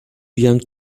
young